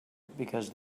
because